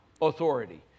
authority